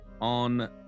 on